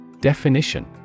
Definition